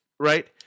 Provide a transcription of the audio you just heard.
Right